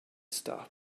stop